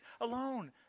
alone